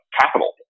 capital